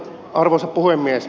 arvoisa puhemies